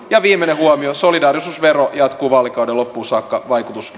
ja viimeinen huomio solidaarisuusvero jatkuu vaalikauden loppuun saakka vaikutus